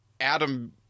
Adam